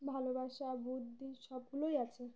ভালোবাসা বুদ্ধি সবগুলোই আছে